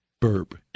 burp